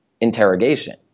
interrogation